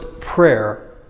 prayer